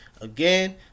Again